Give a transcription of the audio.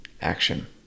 action